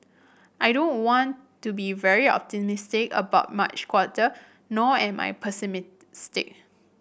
I don't want to be very optimistic about March quarter nor am I pessimistic